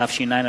התש”ע 2009,